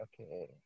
okay